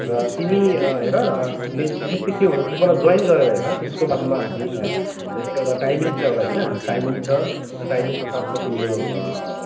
र तिमी हेर विशेष त के हो भन्दा तिमी पहिला जोइन गरेर हेर त्यसको बादमा हामी यसको एउटा टाइमिङ छ एउटा होइन टाइमिङ छ र टाइमिङको साथमा तिम्रो